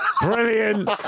Brilliant